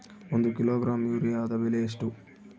ಒಂದು ಕಿಲೋಗ್ರಾಂ ಯೂರಿಯಾದ ಬೆಲೆ ಎಷ್ಟು?